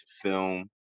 film